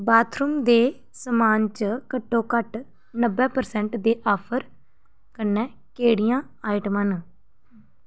bathroom दे समान च घट्टोघट्ट नब्बै पर्सैंट दी ऑफर कन्नै केह्ड़ियां आइटमां न